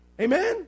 Amen